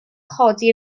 chodi